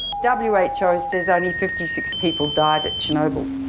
w h o. says only fifty six people died at chernobyl.